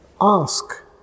Ask